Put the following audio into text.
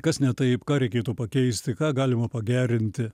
kas ne taip ką reikėtų pakeisti ką galima pagerinti